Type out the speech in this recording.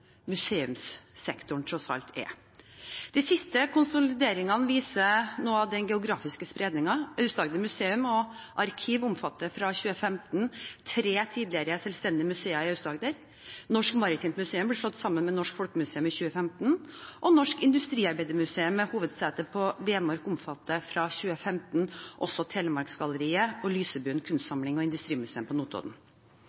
museumssektoren tross alt er. De siste konsolideringene viser noe av den geografiske spredningen: Aust-Agder museum og arkiv omfatter fra 2015 tre tidligere selvstendige museer i Aust-Agder. Norsk Maritimt Museum ble slått sammen med Norsk Folkemuseum i 2015, og Norsk Industriarbeidermuseum, med hovedsete på Vemork, omfatter fra 2015 også Telemarksgalleriet og